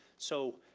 so